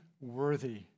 Worthy